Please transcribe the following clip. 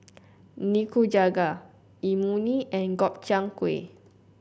Nikujaga Imoni and Gobchang Gui